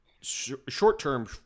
short-term